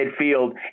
midfield